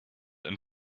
and